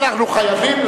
אנחנו חייבים.